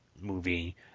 movie